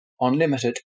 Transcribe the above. unlimited